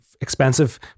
expensive